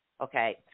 Okay